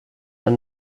are